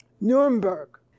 Nuremberg